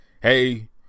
Hey